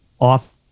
off